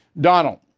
Donald